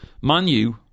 Manu